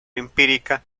empírica